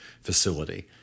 facility